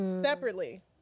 separately